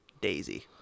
Daisy